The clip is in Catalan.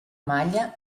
malla